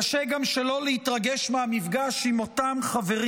קשה גם שלא להתרגש מהמפגש עם אותם חברים